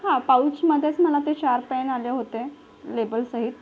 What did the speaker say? हां पाऊचमध्येच मला ते चार पेन आले होते लेबलसहित